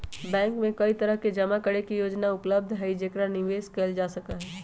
bank में कई तरह के जमा करे के योजना उपलब्ध हई जेकरा निवेश कइल जा सका हई